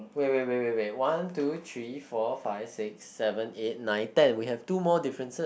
wait wait wait wait wait one two three four five six seven eight nine ten we have two more differences